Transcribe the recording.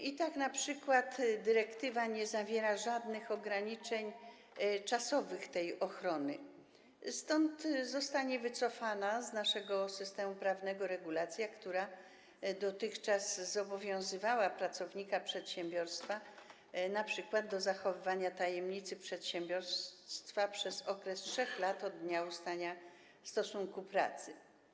I tak np. dyrektywa nie zawiera żadnych ograniczeń czasowych tej ochrony, dlatego zostanie wycofana z naszego systemu prawnego regulacja, która dotychczas zobowiązywała pracownika przedsiębiorstwa np. do zachowywania tajemnicy przedsiębiorstwa przez okres 3 lat od dnia ustania stosunku pracy.